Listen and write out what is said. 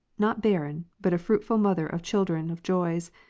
not barren, but a fruitful mother of children of joys,